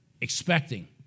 expecting